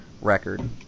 record